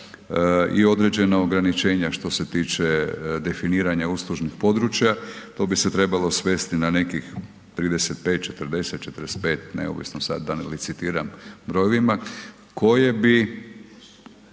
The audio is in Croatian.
i određena ograničenja što se tiče definiranja uslužnih područja, to bi se trebalo svesti na nekih 35, 40, 45, neovisno sad da ne licitiram brojevima koje bi,